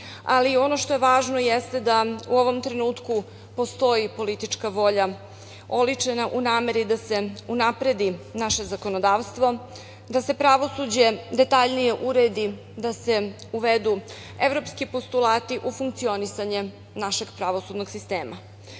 ali ono što je važno jeste da u ovom trenutku postoji politička volja oličena u nameri da se unapredi naše zakonodavstvo, da se pravosuđe detaljnije uredi, da se uvedu evropski postulati u funkcionisanje našeg pravosudnog sistema. Svima